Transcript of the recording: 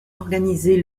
organisé